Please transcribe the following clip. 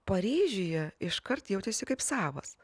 paryžiuje iškart jautėsi kaip savas